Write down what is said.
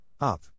Up